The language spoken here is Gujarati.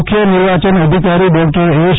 મુખ્ય નિર્વાયન અધિકારી ડોક્ટર એસ